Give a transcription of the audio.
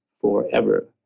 forever